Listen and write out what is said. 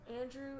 Andrew